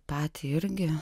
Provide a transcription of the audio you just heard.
patį irgi